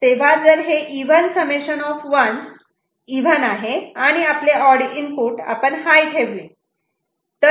तेव्हा जर हे even summation of 1's even summation of 1's even आहे आणि आपले ऑड इनपुट आपण हाय ठेवले आहे